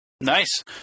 Nice